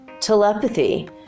telepathy